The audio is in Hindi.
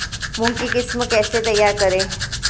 मूंग की किस्म कैसे तैयार करें?